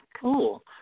Cool